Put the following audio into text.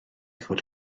fod